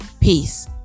Peace